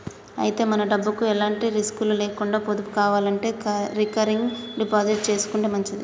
అయితే మన డబ్బుకు ఎలాంటి రిస్కులు లేకుండా పొదుపు కావాలంటే రికరింగ్ డిపాజిట్ చేసుకుంటే మంచిది